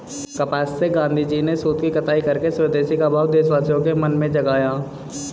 कपास से गाँधीजी ने सूत की कताई करके स्वदेशी का भाव देशवासियों के मन में जगाया